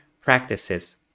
practices